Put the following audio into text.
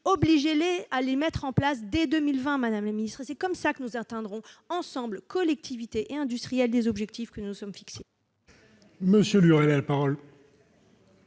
obliger à les mettre en place dès 2020. C'est ainsi que nous atteindrons ensemble, collectivités et industriels, les objectifs que nous nous sommes fixés.